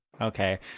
okay